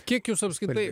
kiek jūs apskritai